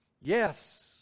Yes